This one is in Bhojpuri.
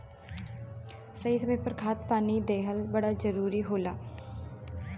सही समय पर खाद पानी देहल बड़ा जरूरी होला